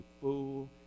fool